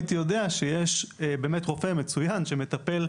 היום שותפים משרד הבריאות,